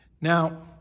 Now